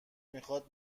میخاد